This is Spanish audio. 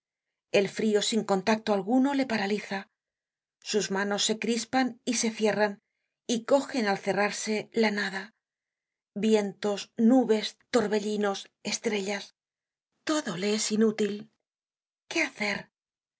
el frio sin contacto alguno le paraliza sus manos se crispan y se cierran y cogen al cerrarse la nada vientos nubes torbellinos estrellas todole es inútil qué hacer